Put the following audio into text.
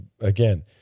Again